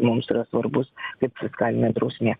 mums yra svarbus kaip fiskalinė drausmė